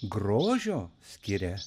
grožio skiria